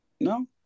No